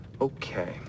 Okay